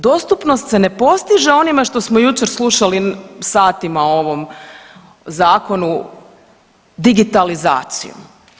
Dostupnost se ne postiže onime što smo jučer slušali satima o ovom Zakonu, digitalizacijom.